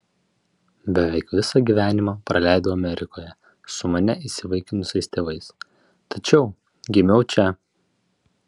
beveik visą gyvenimą praleidau amerikoje su mane įsivaikinusiais tėvais tačiau gimiau čia